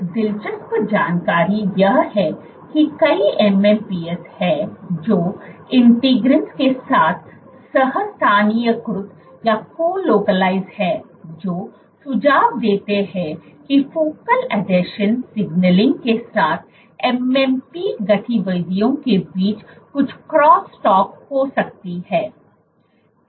एक दिलचस्प जानकारी यह है कि कई MMPs हैं जो इंटीग्रिंस के साथ सह स्थानीयकृत हैं जो सुझाव देते हैं कि फोकल आसंजन सिग्नलिंग के साथ एमएमपी गतिविधियों के बीच कुछ क्रॉस टॉक हो सकती है